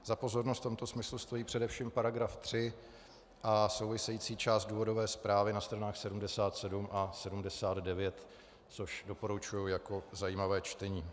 Za pozornost v tomto smyslu stojí především § 3 a související část důvodové zprávy na stranách 77 až 79, což doporučuji jako zajímavé čtení.